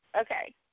Okay